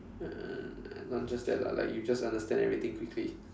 uh not just that lah like you just understand everything quickly